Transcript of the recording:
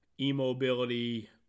e-mobility